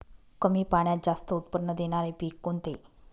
कमी पाण्यात जास्त उत्त्पन्न देणारे पीक कोणते?